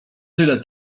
tyle